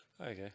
okay